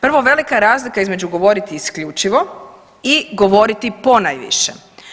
Prvo, velika je razlika između govoriti isključivo i govoriti ponajviše.